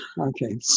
Okay